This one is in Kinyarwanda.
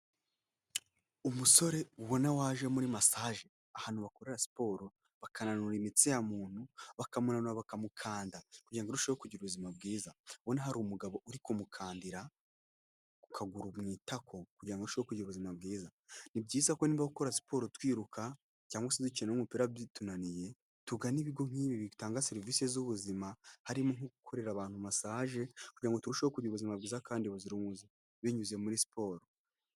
Umusore ubona waje muri masaje ahantu bakora siporo bakananura imitsi ya muntu bakamunanura bakamukanda kugira ngo arusheho kugira ubuzima bwizabona hari umugabo uri kumukandira ku kaguru mu itako kugira ngo ashoboshe kugira ubuzima bwiza. Ni byiza ko nibakokora gukora siporo twiruka cyangwa se dukeneye n'umupira bitunaniye tugana ibigo nk'ibi bitanga serivisi z'ubuzima harimo nko gukorera abantu masaje kugira ngo turusheho kugira ubuzima bwiza kandi buzira umuze binyuze muri siporo.